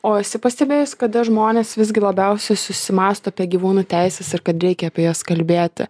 o esi pastebėjus kada žmonės visgi labiausiai susimąsto apie gyvūnų teises ir kad reikia apie jas kalbėti